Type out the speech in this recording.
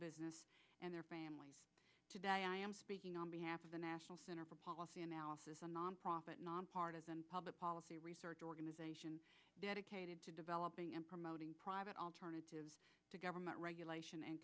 business and their families i am speaking on behalf of the national center for policy analysis a nonprofit nonpartisan public policy research organization dedicated to developing and promoting private alternatives to government regulation and